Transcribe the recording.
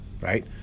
right